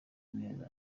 neza